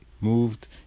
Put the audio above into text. moved